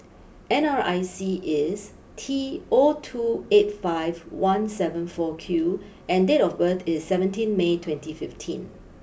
N R I C is T O two eight five one seven four Q and date of birth is seventeen May twenty fifteen